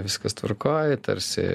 viskas tvarkoj tarsi